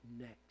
next